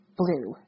blue